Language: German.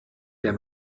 der